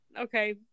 Okay